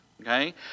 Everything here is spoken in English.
okay